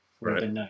Right